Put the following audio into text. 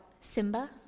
Simba